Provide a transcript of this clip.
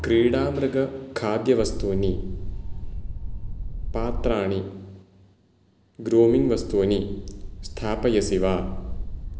क्रीडामृगः खाद्यवस्तूनि पात्राणि ग्रूमिङ्ग् वस्तूनि स्थापयसि वा